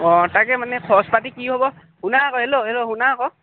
অঁ তাকে মানে খৰচ পাতি কি হ'ব শুনা আকৌ হেল্ল' হেল্ল' শুনা আকৌ